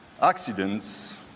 accidents